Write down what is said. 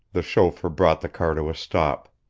the chauffeur brought the car to a stop.